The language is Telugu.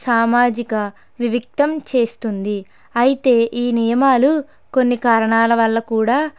సామాజిక వివిక్తం చేస్తుంది అయితే ఈ నియమాలు కొన్ని కారణాల వల్ల కూడా